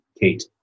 Kate